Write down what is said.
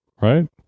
right